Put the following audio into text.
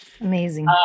Amazing